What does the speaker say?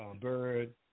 Bird